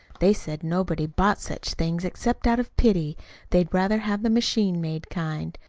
they said nobody bought such things except out of pity they'd rather have the machine-made kind.